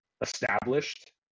established